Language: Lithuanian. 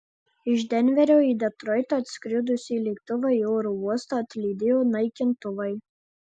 iš denverio į detroitą atskridusį lėktuvą į oro uostą atlydėjo naikintuvai